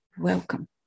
Welcome